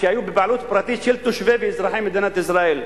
היו בבעלות פרטית של תושבי ואזרחי מדינת ישראל,